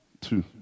Two